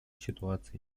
ситуации